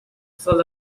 full